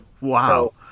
Wow